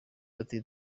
ati